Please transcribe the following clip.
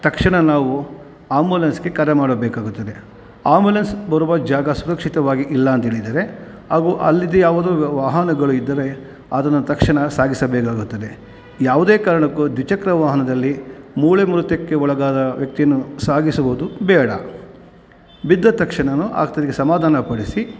ತಕ್ಷಣ ನಾವು ಆಂಬುಲೆನ್ಸ್ಗೆ ಕರೆ ಮಾಡಬೇಕಾಗುತ್ತದೆ ಆಂಬುಲೆನ್ಸ್ ಬರುವ ಜಾಗ ಸುರಕ್ಷಿತವಾಗಿ ಇಲ್ಲ ಅಂತ ಹೇಳಿದರೆ ಅವು ಅಲ್ಲಿದ್ದ ಯಾವುದೋ ವಾಹನಗಳು ಇದ್ದರೆ ಅದನ್ನು ತಕ್ಷಣ ಸಾಗಿಸಬೇಕಾಗುತ್ತದೆ ಯಾವುದೇ ಕಾರಣಕ್ಕೂ ದ್ವಿಚಕ್ರ ವಾಹನದಲ್ಲಿ ಮೂಳೆ ಮುರಿತಕ್ಕೆ ಒಳಗಾದ ವ್ಯಕ್ತಿಯನ್ನು ಸಾಗಿಸುವುದು ಬೇಡ ಬಿದ್ದ ತಕ್ಷಣನು ಆತನಿಗೆ ಸಮಾಧಾನಪಡಿಸಿ